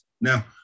Now